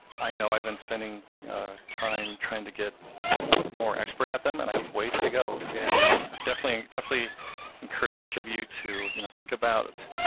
i know i've been spending time trying to get more expert at them, and i have ways to go. and definitely and definitely encourage each of you to you know think about